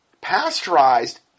Pasteurized